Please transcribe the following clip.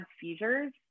seizures